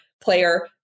player